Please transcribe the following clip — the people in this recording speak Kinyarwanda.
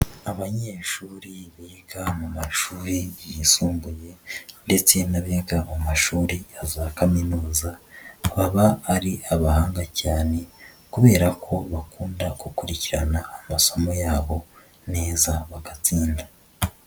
Abanyeshuri biga mu mashuri yisumbuye ndetse n'abiga mu mashuri ya za kaminuza, baba ari abahanga cyane kubera ko bakunda gukurikirana amasomo yabo neza bagatsinda.